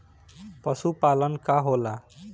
पशुपलन का होला?